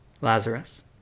Lazarus